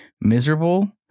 miserable